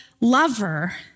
lover